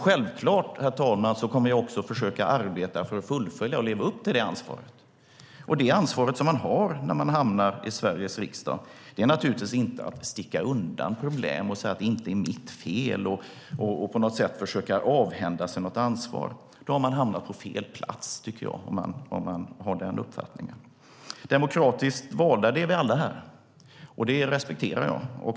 Självklart kommer jag också att arbeta för att fullfölja och leva upp till det ansvaret. Det ansvar som man har när man hamnar i Sveriges riksdag är naturligtvis inte att sticka undan problem och försöka avhända sig ansvaret. Om man har den uppfattningen har man hamnat på fel plats, tycker jag. Demokratiskt valda är vi alla här, och det respekterar jag.